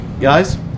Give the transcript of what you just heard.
guys